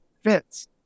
fits